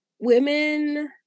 women